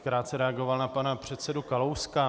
Krátce bych reagoval na pana předsedu Kalouska.